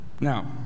Now